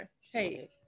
hey